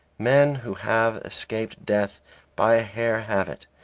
men who have escaped death by a hair have it,